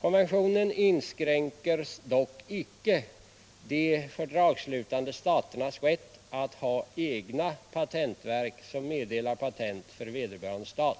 Konventionen inskränker dock inte de fördragsslutande staternas rätt att ha egna patentverk som meddelar patent för vederbörande stat.